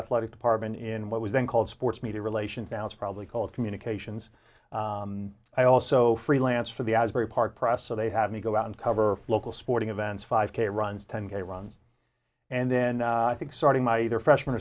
athletic department in what was then called sports media relations now it's probably called communications i also freelance for the asbury park press so they have me go out and cover local sporting events five k runs ten k runs and then i think starting my either freshman